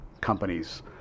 companies